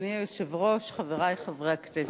אדוני היושב-ראש, חברי חברי הכנסת,